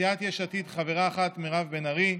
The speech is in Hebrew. סיעת יש עתיד, חברה אחת, מירב בן ארי,